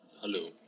Hello